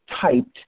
typed